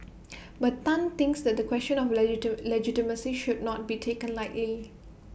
but Tan thinks that the question of legit legitimacy should not be taken lightly